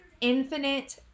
infinite